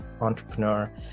entrepreneur